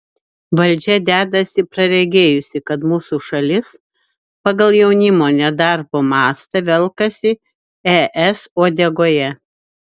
valdžia dedasi praregėjusi kad mūsų šalis pagal jaunimo nedarbo mastą velkasi es uodegoje